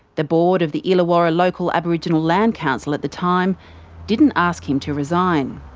the board of the illawarra local aboriginal land council at the time didn't ask him to resign.